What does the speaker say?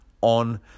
on